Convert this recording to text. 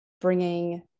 bringing